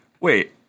Wait